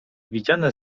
widziane